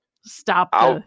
Stop